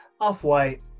off-white